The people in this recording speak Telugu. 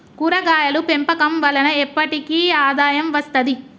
కూరగాయలు పెంపకం వలన ఎప్పటికి ఆదాయం వస్తది